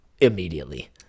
immediately